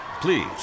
Please